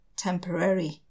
temporary